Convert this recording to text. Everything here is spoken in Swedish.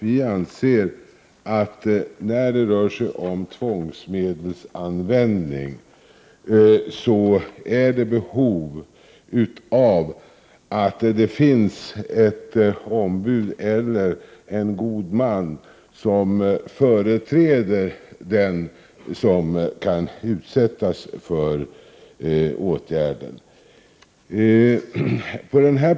Vi anser nämligen att det när det rör sig om tvångsmedelsanvändning finns ett behov av ett ombud eller en god man som företräder den som kan utsättas för åtgärden.